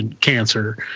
cancer